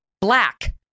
black